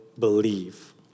believe